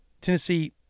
tennessee